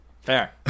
Fair